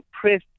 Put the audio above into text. press